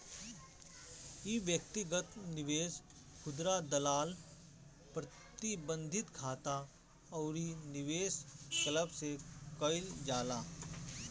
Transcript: इ व्यक्तिगत निवेश, खुदरा दलाल, प्रतिबंधित खाता अउरी निवेश क्लब से कईल जाला